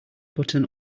button